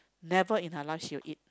never in her life she will eat